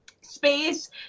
space